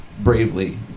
bravely